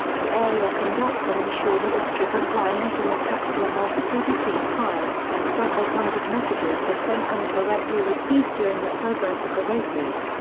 the aerial conductor on shore was a strip of wire netting attached to a mast forty feet high, and several hundred messages were sent and correctly received during the progress of the races.